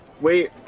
Wait